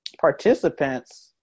participants